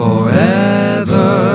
Forever